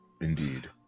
Indeed